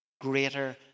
Greater